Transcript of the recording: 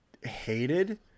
hated